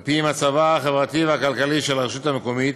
על פי מצבה החברתי והכלכלי של הרשות המקומית,